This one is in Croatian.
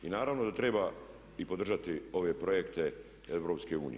I naravno da treba i podržati ove projekte EU.